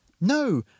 No